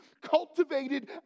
cultivated